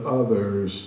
others